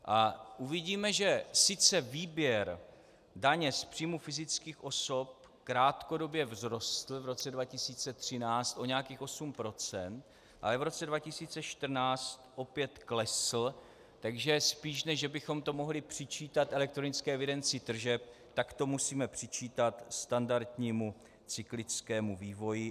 A uvidíme, že sice výběr daně z příjmů fyzických osob krátkodobě vzrostl v roce 2013 o nějakých 8 %, ale v roce 2014 opět klesl, takže spíš než že bychom to mohli přičítat elektronické evidenci tržeb, tak to musíme přičítat standardnímu cyklickému vývoji.